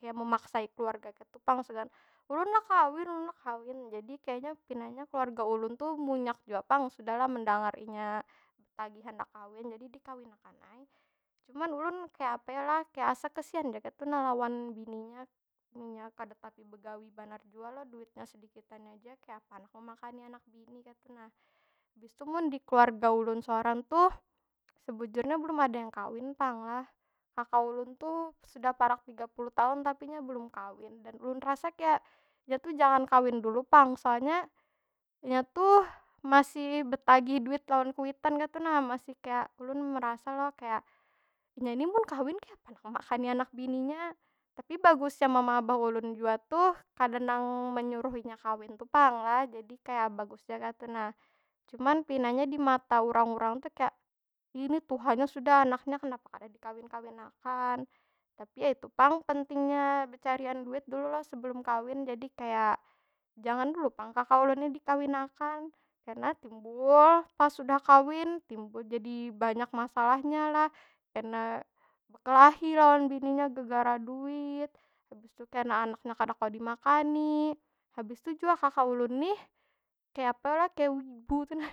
kaya memaksai keluarga kaytu pang ulun handak kawin, ulun handak kawin. Jadi kayanya, pinanya keluarga ulun tu munyak jua pang sudah lah mendangar inya betagih handak kawin. Jadi dikawinakan ai. Cuman ulun kaya apa yo lah? Kaya asa kesian ja kaytu nah lawan bininya. Inya kada tapi begawi banar jua lo, duit nya sedikitannya ja. Kayapa handak memakani anak bini kaytu nah. Habis tu mun di keluarga ulun sorang tuh, sebujurnya belum ada yang kawin pang lah. Kaka ulun tuh sudah parak tiga puluh tahun, tapi nya belum kawin. Dan ulun rasa kaya, nya tu jangan kawin dulu pang. Soalnya, inya tuh masih betagih duit lawan kuitan kaytu nah. Masih kaya, ulun merasa lo kaya, inya nih mun kawin kayapa handak memakani anak bininya? Tapi bagusnya mama abah ulun jua tuh, kada nang menyuruh inya kawin tu pang lah. jadi kaya bagus ja kaytu nah. Cuman, pinanya di mata urang- urang tu kaya, ini tuhanya sudah anaknya kenapa kada dikawin- kawinakan? Tapi ya itu pang pentingnya becarian duit dulu lo sebelum kawin. Jadi kaya, jangan dulu pang kaka ulun ni dikawinakan. Kena timbul pas sudah kawin, timbul jadi banyak masalahanya lah, kena bekelahi lawan bininya gegara duit. Habis tu kena anaknya kada kawa dimakani, habis tu jua kaka ulun nih, kaya apa yo lah? Kaya wibu tu nah.